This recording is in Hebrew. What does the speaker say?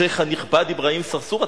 השיח' הנכבד אברהים צרצור?